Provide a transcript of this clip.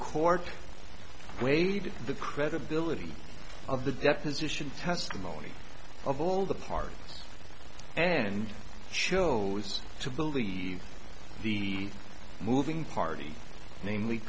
court weighed the credibility of the deposition testimony of all the parties and chills to believe the moving party namely